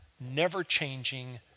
never-changing